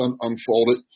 unfolded